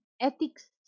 ethics